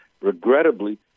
Regrettably